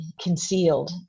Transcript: concealed